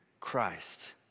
Christ